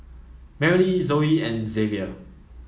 Merrily Zoey and Xzavier